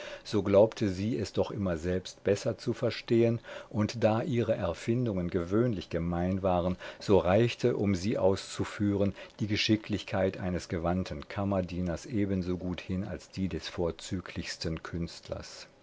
so glaubte sie es doch immer selbst besser zu verstehen und da ihre erfindungen gewöhnlich gemein waren so reichte um sie auszuführen die geschicklichkeit eines gewandten kammerdieners ebensogut hin als die des vorzüglichsten künstlers